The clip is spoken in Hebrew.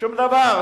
שום דבר.